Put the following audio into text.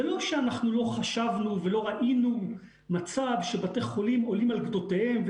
זה לא שאנחנו לא חשבנו ולא ראינו מצב שבתי חולים עולים על גדותיהם,